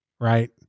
right